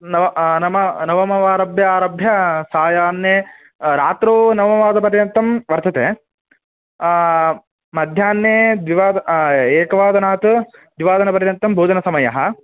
नव नाम नवमवारभ्य आरभ्य सायान्ने रात्रौ नववादपर्यन्तं वर्तते मध्याह्ने द्विवाद् एकवादनात् द्विवादनपर्यन्तं भोजनसमयः